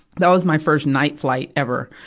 that was my first night flight ever.